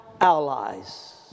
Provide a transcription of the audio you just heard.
allies